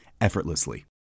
effortlessly